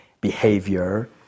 behavior